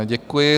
Děkuji.